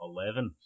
Eleven